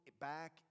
back